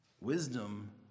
Wisdom